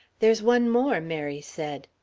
there's one more, mary said.